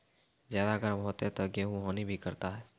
ज्यादा गर्म होते ता गेहूँ हनी भी करता है?